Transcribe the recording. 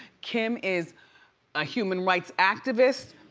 kim is a human rights activist,